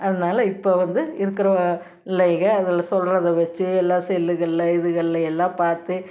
அதனால இப்போ வந்து இருக்கிற பிள்ளைகள் அதில் சொல்றதை வச்சு எல்லாம் செல்லுகளில் இதுகளில் எல்லாம் பார்த்து